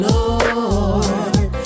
Lord